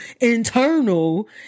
internal